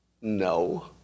No